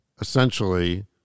essentially